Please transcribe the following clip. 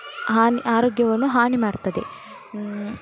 ಹಾನ್ ಆರೋಗ್ಯವನ್ನು ಹಾನಿ ಮಾಡ್ತದೆ